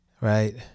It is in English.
right